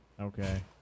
okay